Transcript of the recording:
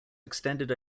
extended